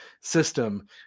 system